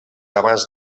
abans